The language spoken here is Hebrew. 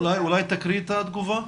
אולי תקריאי את התגובה.